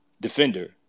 defender